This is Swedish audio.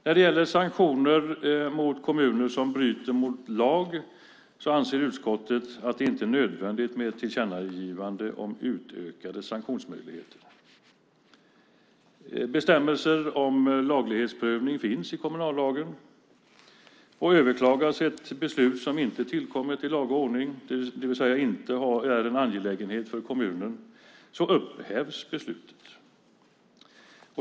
När det gäller sanktioner mot kommuner som bryter mot lag anser utskottet att det inte är nödvändigt med ett tillkännagivande om utökade sanktionsmöjligheter. Bestämmelser om laglighetsprövning finns i kommunallagen. Om ett beslut överklagas som inte har tillkommit i laga ordning, det vill säga inte är en angelägenhet för kommunen, upphävs beslutet.